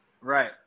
Right